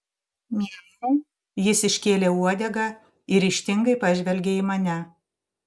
miau jis iškėlė uodegą ir ryžtingai pažvelgė į mane